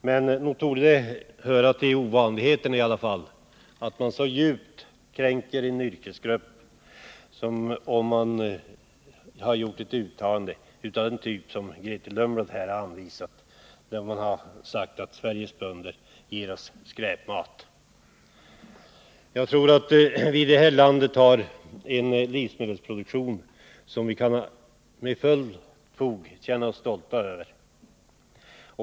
Men nog torde det höra till ovanligheterna att man så djupt kränker en yrkesgrupp som man faktiskt gör i det uttalande Grethe Lundblad här har refererat: att Sveriges bönder ger oss skräpmat. Jag tror att vi i det här landet har en livsmedelsproduktion som vi med fullt fog kan känna oss stolta över.